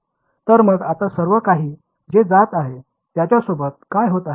तर मग आता सर्व काही जे जात आहे त्याच्यासोबत काय होत आहे